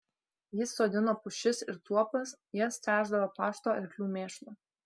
jis sodino pušis ir tuopas jas tręšdavo pašto arklių mėšlu